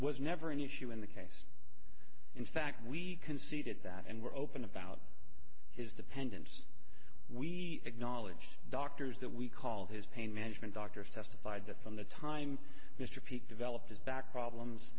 was never an issue in the case in fact we conceded that and were open about his dependants we acknowledged doctors that we called his pain management doctors testified that from the time mr peake developed his back problems